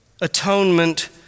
atonement